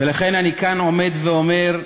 ולכן, אני כאן עומד ואומר: